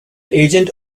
agent